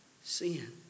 sin